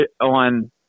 on